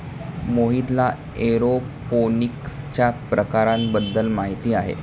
मोहितला एरोपोनिक्सच्या प्रकारांबद्दल माहिती आहे